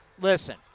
listen